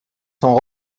son